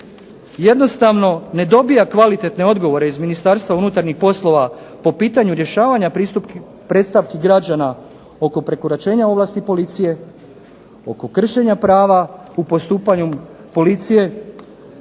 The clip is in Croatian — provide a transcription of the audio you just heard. jednostavno ne dobija kvalitetne odgovore iz Ministarstva unutarnjih poslova po pitanju rješavanja predstavki građana oko prekoračenja ovlasti policije, oko kršenja prava u postupanju policije,